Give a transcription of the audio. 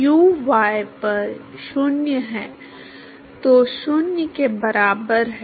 u y पर 0 है तो 0 के बराबर है